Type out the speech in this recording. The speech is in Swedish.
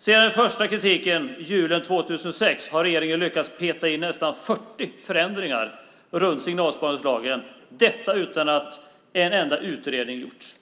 Sedan den första kritiken julen 2006 har regeringen lyckats peta in nästan 40 förändringar i signalspaningslagen - detta utan att en enda utredning har gjorts.